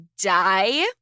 die